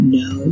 no